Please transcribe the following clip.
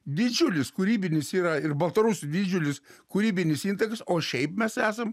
didžiulis kūrybinis yra ir baltarusių didžiulis kūrybinis intakas o šiaip mes esam